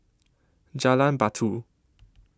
Jalan Batu